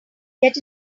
get